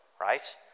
right